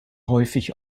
häufig